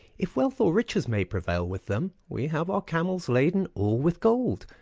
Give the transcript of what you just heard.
if wealth or riches may prevail with them, we have our camels laden all with gold,